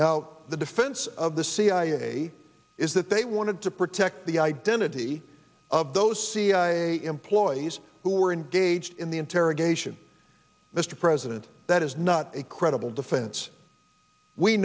now the defense of the cia is that they wanted to protect the identity of those cia employees who were engaged in the interrogation mr president that is not a credible defense we